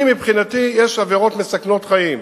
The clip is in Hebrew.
אני, מבחינתי, יש עבירות מסכנות חיים,